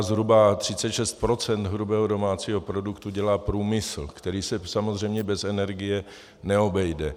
Zhruba 36 % hrubého domácího produktu dělá průmysl, který se samozřejmě bez energie neobejde.